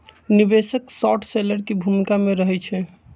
निवेशक short seller की भूमिका में रहइ छै